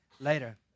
later